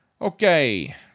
Okay